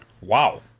Wow